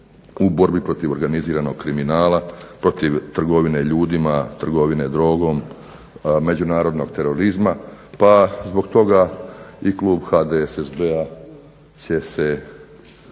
u borbi protiv organiziranog kriminala, u borbi protiv trgovine ljudima, trgovine drogom, međunarodnog terorizma, pa zbog toga i klub HDSSB-a će se